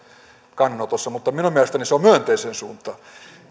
kannanotoissa mutta minun mielestäni myönteiseen suuntaan